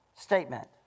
Statement